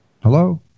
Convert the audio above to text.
hello